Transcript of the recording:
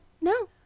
no